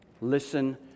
Listen